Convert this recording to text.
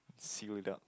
sealed up